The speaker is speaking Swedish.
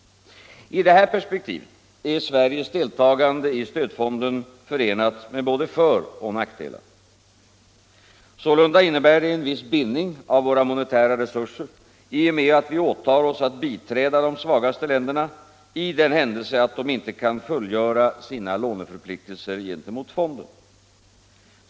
I detta perspektiv är Sveriges deltagande i stödfonden förenat med både föroch nackdelar. Sålunda innebär det en viss bindning av våra monetära resurser i och med att vi åtar oss att biträda de svagaste länderna i den händelse att de inte kan fullgöra sina låneförpliktelser gentemot fonden.